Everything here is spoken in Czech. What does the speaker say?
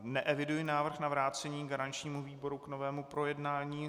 Neeviduji návrh na vrácení garančnímu výboru k novému projednání.